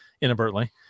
inadvertently